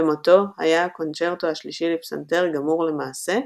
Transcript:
במותו היה הקונצ׳רטו השלישי לפסנתר גמור למעשה,